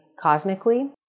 cosmically